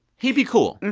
he'd be cool.